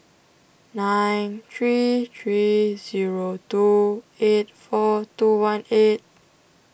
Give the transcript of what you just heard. nine three three zero two eight four two one eight